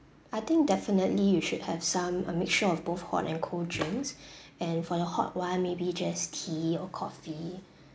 I think definitely you should have some a mixture of both hot and cold drinks and for your hot one maybe just tea or coffee